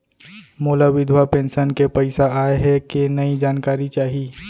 मोला विधवा पेंशन के पइसा आय हे कि नई जानकारी चाही?